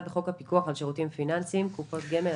בחוק הפיקוח על שירותים פיננסיים (קופות גמל),